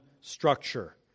structure